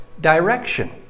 direction